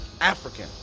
African